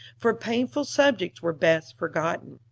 for painful subjects were best forgotten.